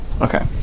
Okay